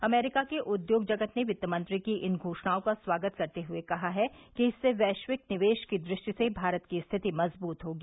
अमरीका के उद्योग जगत ने वित्तमंत्री की इन घोषणायों का स्वागत करते हुए कहा है कि इससे वैश्विक निवेश की दुष्टि से भारत की स्थिति मजबूत होगी